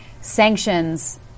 sanctions